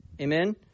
Amen